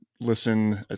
listen